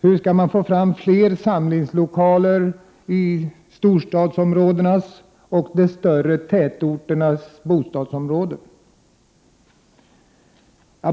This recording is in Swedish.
Hur man skall få fram fler samlingslokaler i storstadsområdena och de större tätorternas bostadsområden?